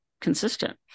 consistent